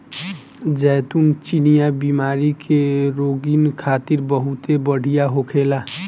जैतून चिनिया बीमारी के रोगीन खातिर बहुते बढ़िया होखेला